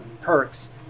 perks